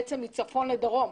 בעצם מצפון לדרום.